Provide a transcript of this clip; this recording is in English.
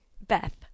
Beth